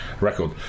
record